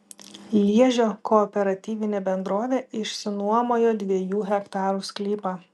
liežio kooperatinė bendrovė išsinuomojo dviejų hektarų sklypą